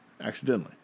Accidentally